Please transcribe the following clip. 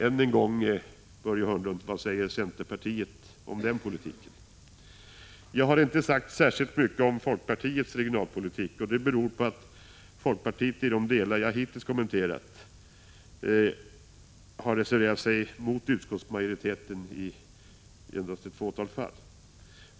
Ännu en gång frågar jag Börje Hörnlund: Vad säger centerpartiet om en sådan politik? Jag har inte sagt särskilt mycket om folkpartiets regionalpolitik, och det beror på att folkpartiet i de delar som jag hittills kommenterat har reserverat sig mot utskottsmajoritetens skrivning endast i ett fåtal fall.